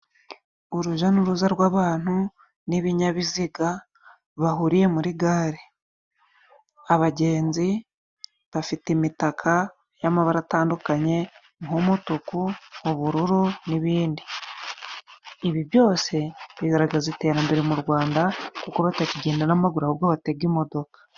Urujya n'uruza rw'abantu n'ibinyabiziga bahuriye muri gare . Abagenzi bafite imitaka y'amabara atandukanye nk'umutuku, ubururu n'ibindi. Ibi byose bigaragaza iterambere mu Rwanda kuko batakigenda n'amaguru ahubwo batega imodoka .